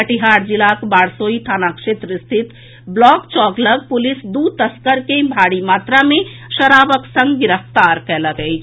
कटिहार जिलाक बारसोई थाना क्षेत्र स्थित ब्लॉक चौक लऽग पुलिस दू तस्कर के भारी मात्रा मे शराबक संग गिरफ्तार कयलक अछि